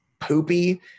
poopy